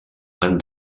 han